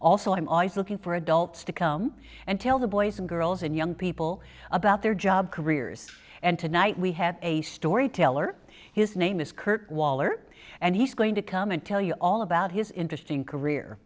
also i'm always looking for adults to come and tell the boys and girls and young people about their job careers and tonight we have a story teller his name is kurt waller and he's going to come and tell you all about his interesting career